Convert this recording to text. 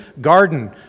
garden